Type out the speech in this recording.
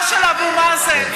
לא של אבו מאזן.